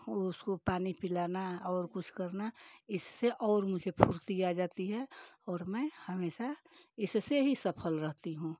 उस को पानी पिलाना और कुछ करना इस से और मुझे फुर्ती आ जाती है और मैं हमेशा इस से ही सफल रहती हूँ